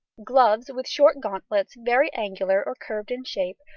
gloves, with short gauntlets very angular or curved in shape,